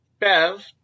Bev